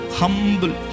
humble